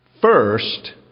first